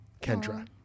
Kendra